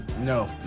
No